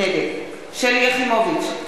נגד שלי יחימוביץ,